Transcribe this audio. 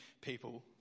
people